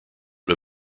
but